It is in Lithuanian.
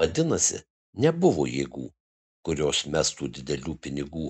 vadinasi nebuvo jėgų kurios mestų didelių pinigų